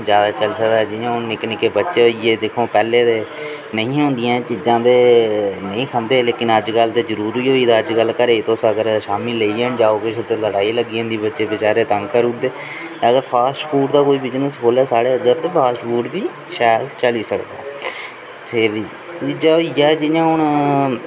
जैदा चली सकदा जि'यां हून निक्के निक्के बच्चे होई गे दिक्खो पैह्लें ते नेहियां होंदियां एह् चीजां ते नेही खंदे लेकिन अजकल ते जरूरी होई गेदा अजकल घरै गी तुस जेकर घरै गी लेइयै निं जाओ केश ते लड़ाई लग्गी जंदी ते बच्चे बेचारे तंग करी ओड़दे अगर फास्ट फूड दा कोई बिजनेस खोह्ले साढ़ै इद्धर ते फास्ट फूड बी शैल चली सकदा त्रीया होई गेआ जि'यां हून